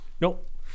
Nope